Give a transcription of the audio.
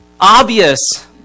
Obvious